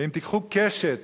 ואם תיקחו קשת